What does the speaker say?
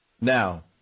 Now